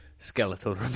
skeletal